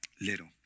little